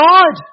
God